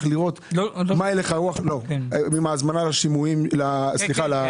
לראות מה הלך הרוח בעניין השימועים שלהם.